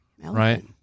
Right